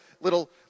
little